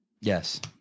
Yes